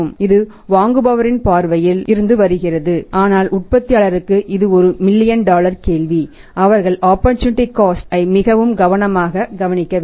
இது வாங்குபவரின் பார்வையில் இருந்து வருகிறது ஆனால் உற்பத்தியாளருக்கும் இது ஒரு மில்லியன் டாலர் கேள்வி அவர்கள் ஆப்பர்சூனிட்டி காஸ்ட் ஐ மிகவும் கவனமாக கவனிக்க வேண்டும்